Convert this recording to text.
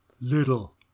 little